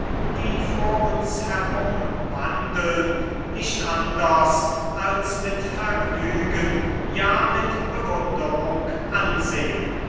die vor uns herumwandeln nicht anders als mit vergnügen ja mit bewunderung ansehen